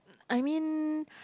I mean